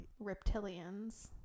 reptilians